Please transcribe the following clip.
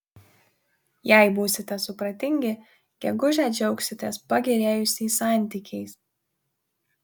jei būsite supratingi gegužę džiaugsitės pagerėjusiais santykiais